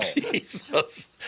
Jesus